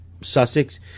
Sussex